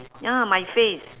ya my face